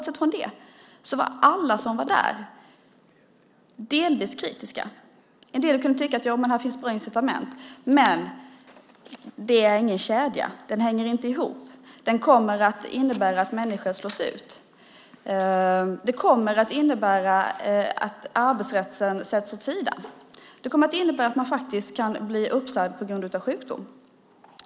En del kunde tycka att det fanns bra incitament, men det är ingen kedja. Den hänger inte ihop. Den kommer att innebära att människor slås ut, den kommer att innebära att arbetsrätten sätts åt sidan och den kommer att innebära att man kan bli uppsagd på grund av sjukdom.